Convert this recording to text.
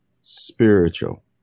spiritual